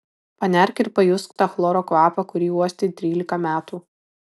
panerk ir pajusk tą chloro kvapą kurį uostei trylika metų